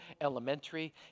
elementary